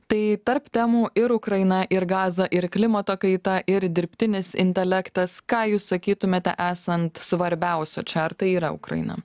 tai tarp temų ir ukraina ir gaza ir klimato kaita ir dirbtinis intelektas ką jūs sakytumėte esant svarbiausiu čia ar tai yra ukraina